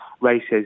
races